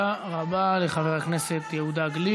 מה קשור לאוסלו?